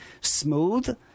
smooth